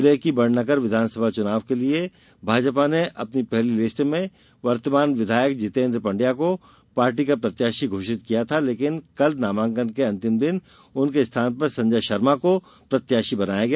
जिले की बडनगर विधानसभा चुनाव के लिए भाजपा ने अपनी पहली लिस्ट में वर्तमान विधायक जितेन्द्र पंडया को पार्टी का प्रत्याशी घोषित किया था लेकिन कल नामाकन के अंतिम दिन उनके स्थान पर संजय शर्मा को प्रत्याशी बनाया गया